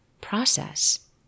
process